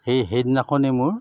সেই সেইদিনাখনেই মোৰ